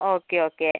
okay okay